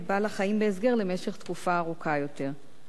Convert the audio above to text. בעל-החיים בהסגר למשך תקופה ארוכה יותר.